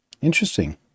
Interesting